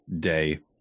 day